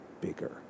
bigger